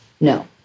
no